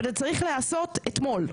אבל זה צריך להיעשות אתמול.